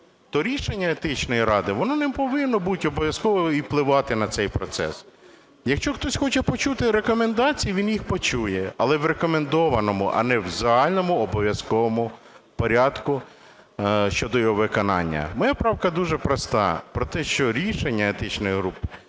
то рішення Етичної ради, воно не повинно бути обов'язковим і впливати на цей процес. Якщо хтось хоче почути рекомендації, він їх почує, але в рекомендованому, а не в загальному обов'язковому порядку щодо його виконання. Моя правка дуже проста: про те, що рішення Етичної групи